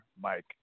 Mike